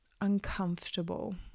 uncomfortable